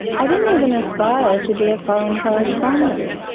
i didn't even aspire to be a foreign correspondent.